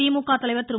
திமுக தலைவர் திரு